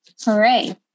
hooray